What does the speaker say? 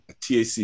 TAC